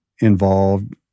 involved